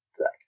Zach